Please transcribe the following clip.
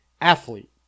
athlete